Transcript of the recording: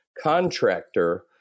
contractor